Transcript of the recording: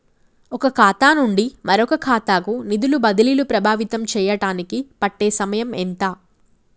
ఒక ఖాతా నుండి మరొక ఖాతా కు నిధులు బదిలీలు ప్రభావితం చేయటానికి పట్టే సమయం ఎంత?